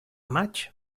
maig